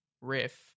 riff